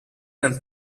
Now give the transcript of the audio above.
and